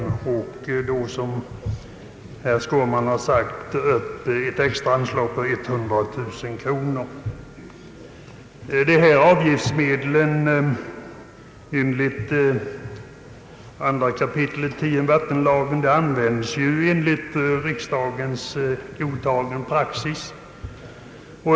Som herr Skårman har sagt begär man i reservationen ett extra anslag på 100 000 kronor. Avgiftsmedlen enligt 2 kap. 10 8 vattenlagen används enligt av riksdagen godtagen praxis.